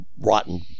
rotten